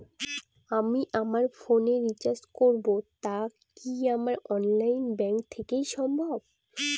আমি আমার ফোন এ রিচার্জ করব টা কি আমার অনলাইন ব্যাংক থেকেই সম্ভব?